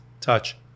Touch